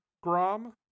Grom